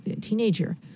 teenager